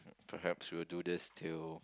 perhaps we will do this till